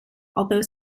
although